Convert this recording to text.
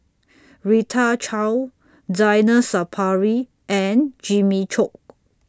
Rita Chao Zainal Sapari and Jimmy Chok